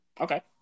Okay